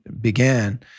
began